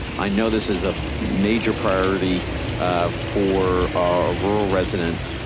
i know this is a major priority for our rural residents.